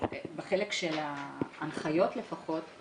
בחלק של ההנחיות לפחות היא